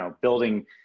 building